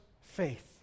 faith